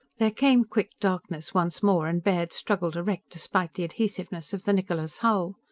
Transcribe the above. there came quick darkness once more, and baird struggled erect despite the adhesiveness of the niccola's hull.